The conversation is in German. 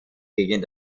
gegen